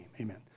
amen